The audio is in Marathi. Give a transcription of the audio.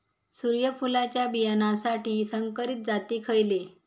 सूर्यफुलाच्या बियानासाठी संकरित जाती खयले?